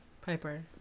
Piper